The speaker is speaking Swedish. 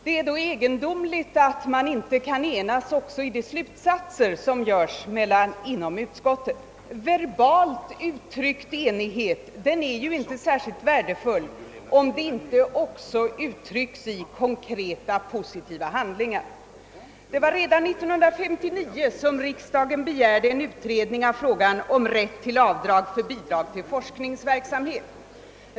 Det är då egendomligt, att man inte kan enas också i de slutsatser som görs inom utskottet. Verbalt uttryckt enighet är ju inte särskilt värdefull, om den inte också uttrycks i konkreta positiva handlingar. Redan 1959 begärde riksdagen en utredning av frågan om rätt till avdrag för bidrag till forskningsverksamhet.